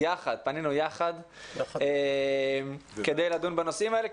פנינו יחד כדי לדון בנושאים האלה,